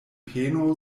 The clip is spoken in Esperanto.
peno